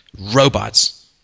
robots